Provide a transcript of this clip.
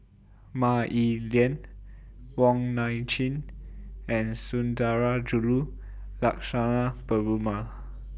Mah Li Lian Wong Nai Chin and Sundarajulu Lakshmana Perumal